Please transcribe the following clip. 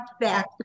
back